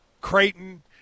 Creighton